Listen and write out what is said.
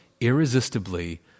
irresistibly